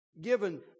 given